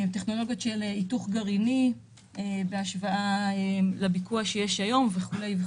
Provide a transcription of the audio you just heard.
טכנולוגיות של ביקוע גרעיני בהשוואה לביקוע שיש היום וכולי.